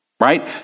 right